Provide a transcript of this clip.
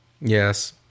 Yes